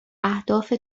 اهداف